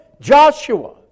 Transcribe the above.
Joshua